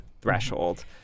threshold